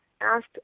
asked